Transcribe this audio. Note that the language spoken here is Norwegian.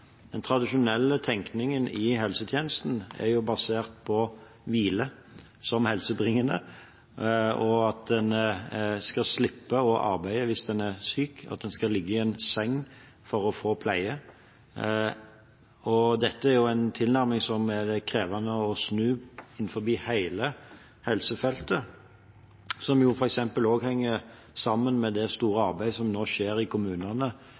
Den tradisjonelle tenkningen i helsetjenesten er basert på hvile som noe helsebringende, og at en skal slippe å arbeide hvis en er syk, at en skal ligge i en seng for å få pleie. Dette er en tilnærming som er krevende å snu innenfor hele helsefeltet, som f.eks. også henger sammen med det store arbeidet som nå skjer i kommunene,